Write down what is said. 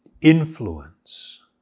influence